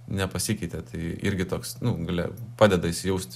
nepasikeitė tai irgi toks nu gali padeda įsijausti